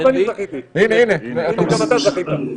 לא רק אני זכיתי, הנה, גם אתה זכית.